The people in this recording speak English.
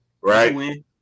right